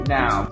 now